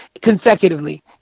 consecutively